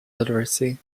literacy